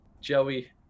Joey